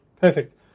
perfect